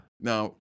now